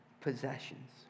possessions